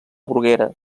bruguera